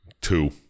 Two